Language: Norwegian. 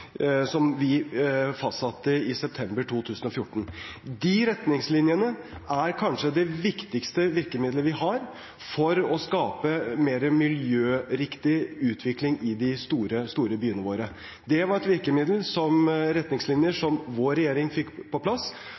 som vi fastsatte i september 2014. De retningslinjene er kanskje det viktigste virkemidlet vi har for å skape mer miljøriktig utvikling i de store byene våre. Det var et virkemiddel som gjelder retningslinjer, som vår regjering fikk på plass,